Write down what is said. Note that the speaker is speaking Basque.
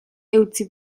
eutsi